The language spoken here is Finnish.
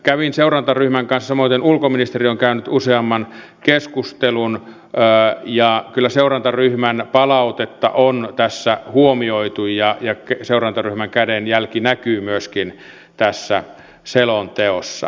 kävin seurantaryhmän kanssa samoiten ulkoministeri on käynyt useamman keskustelun ja kyllä seurantaryhmän palautetta on tässä huomioitu ja seurantaryhmän kädenjälki näkyy myöskin tässä selonteossa